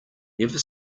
never